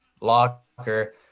locker